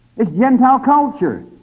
it's gentile culture.